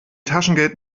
taschengeld